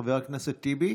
חבר הכנסת טיבי,